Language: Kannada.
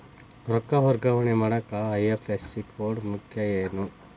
ರೊಕ್ಕ ವರ್ಗಾವಣೆ ಮಾಡಾಕ ಐ.ಎಫ್.ಎಸ್.ಸಿ ಕೋಡ್ ಮುಖ್ಯ ಏನ್